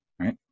right